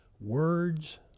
Words